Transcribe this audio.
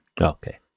Okay